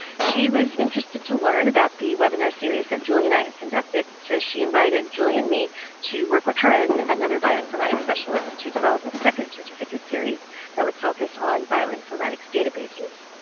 she was interested to learn about the webinar series that julie and i had conducted, so she invited julie and me to work with her and another bioinformatics specialist to develop a second certificate series that would focus on bioinformatics databases.